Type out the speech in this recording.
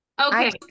okay